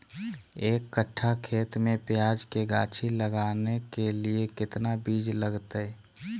एक कट्ठा खेत में प्याज के गाछी लगाना के लिए कितना बिज लगतय?